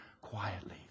quietly